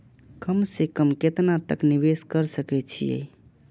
कम से कम केतना तक निवेश कर सके छी ए?